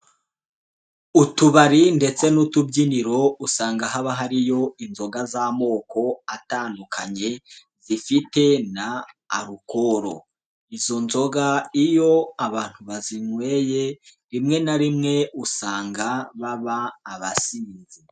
Utubari ndetse n'utubyiniro, usanga haba hariyo inzoga z'amoko atandukanye, zifite na alukoro. Izo nzoga iyo abantu bazinyweye, rimwe na rimwe usanga baba abasinzi.